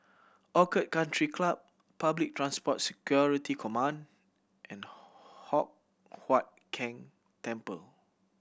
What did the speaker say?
Orchid Country Club Public Transport Security Command and Hock Huat Keng Temple